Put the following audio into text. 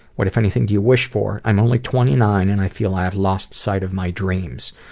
what, if anything, do you wish for? i'm only twenty nine, and i feel i have lost sight of my dreams.